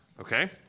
okay